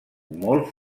molt